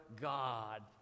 God